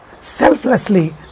selflessly